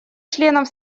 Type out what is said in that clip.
членов